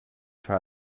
try